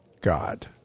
God